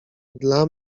dla